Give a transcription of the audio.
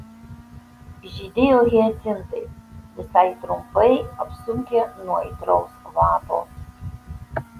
žydėjo hiacintai visai trumpai apsunkę nuo aitraus kvapo